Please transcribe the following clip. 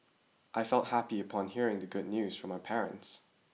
I felt happy upon hearing the good news from my parents